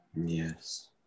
Yes